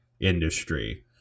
industry